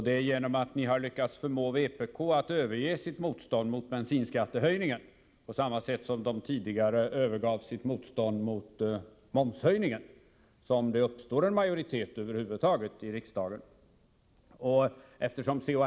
Det är genom att ni har lyckats förmå vpk att överge sitt motstånd mot bensinskattehöjningen, på samma sätt som vpk tidigare övergav sitt motstånd mot momshöjningen, som det över huvud taget uppstår en majoritet i riksdagen. Eftersom C.-H.